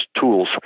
tools